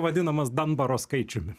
vadinamas danbaro skaičiumi